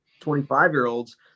25-year-olds